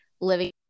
living